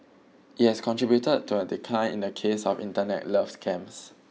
it has contributed to a decline in the case of Internet love scams